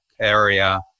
area